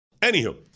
Anywho